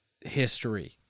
history